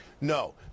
no